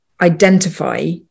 identify